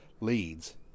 leads